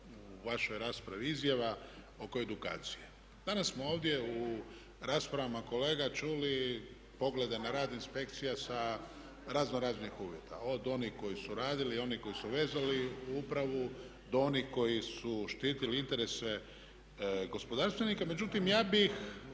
vašoj raspravi izjava oko edukacije. Danas smo ovdje u raspravama kolega čuli poglede na rad inspekcija sa razno raznih uvjeta, od onih koji su radili, onih koji su vezali upravu do onih koji su štitili interese gospodarstvenika, međutim ja bih